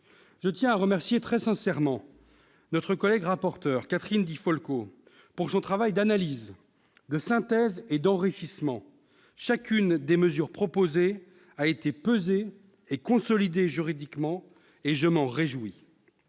Je tiens à remercier très sincèrement Mme le rapporteur, Catherine Di Folco, de son travail d'analyse, de synthèse et d'enrichissement. Chacune des mesures proposées a été pesée et consolidée juridiquement ; je m'en réjouis.